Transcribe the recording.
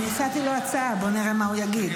הצעתי לו הצעה, בוא נראה מה הוא יגיד.